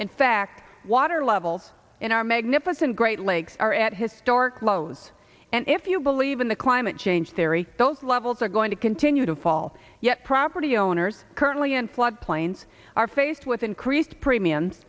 in fact water levels in our magnificent great lakes are at historic lows and if you believe in the climate change theory those levels are going to continue to fall yet property owners currently in flood plains are faced with increased premiums